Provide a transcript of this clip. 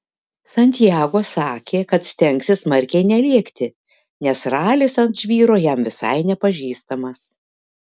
santiago sakė kad stengsis smarkiai nelėkti nes ralis ant žvyro jam visai nepažįstamas